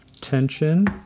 tension